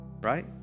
right